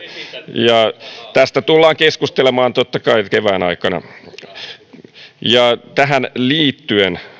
ja tästä tullaan keskustelemaan totta kai kevään aikana tähän liittyen